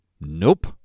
Nope